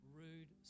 rude